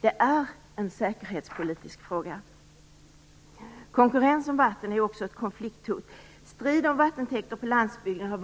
Det är en säkerhetspolitisk fråga. Konkurrens om vatten är också ett konflikthot. Strid om vattentäkter på landsbygden har